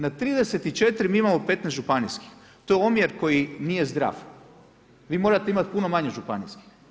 Na 34 mi imamo 15. županijskih, to je omjer koji nije zdrav, vi morate imati puno manje županijskih.